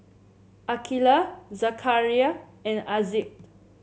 Aqilah Zakaria and Aizat